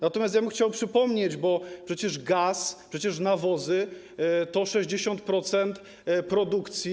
Natomiast ja chciałbym przypomnieć, że przecież gaz, przecież nawozy to 60% produkcji.